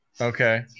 Okay